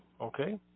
okay